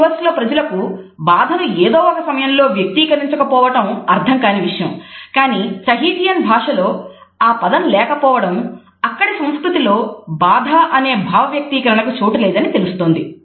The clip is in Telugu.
టహీటి భాషలో ఆ పదం లేకపోవడం అక్కడి సంస్కృతి లో బాధ అనే భావవ్యక్తీకరణకు చోటు లేదని తెలుస్తున్నది